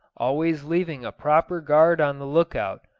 always leaving a proper guard on the look-out,